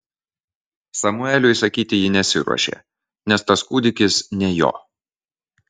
samueliui sakyti ji nesiruošė nes tas kūdikis ne jo